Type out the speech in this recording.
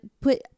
put